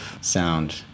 sound